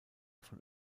von